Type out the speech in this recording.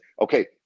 okay